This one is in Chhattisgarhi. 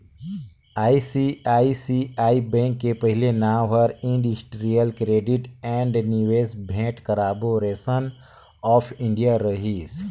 आई.सी.आई.सी.आई बेंक के पहिले नांव इंडस्टिरियल क्रेडिट ऐंड निवेस भेंट कारबो रेसन आँफ इंडिया रहिस